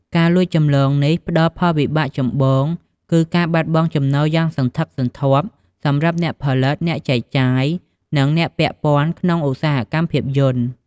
ការលួចចម្លងនេះផ្តលផលវិបាកចម្បងគឺការបាត់បង់ចំណូលយ៉ាងសន្ធឹកសន្ធាប់សម្រាប់អ្នកផលិត អ្នកចែកចាយ និងអ្នកពាក់ព័ន្ធក្នុងឧស្សាហកម្មភាពយន្ត។